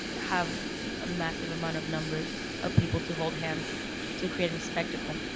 have a massive amount of numbers of people to hold hands to create and a spectacle.